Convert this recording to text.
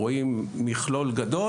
רואים מכלול גדול,